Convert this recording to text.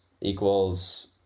equals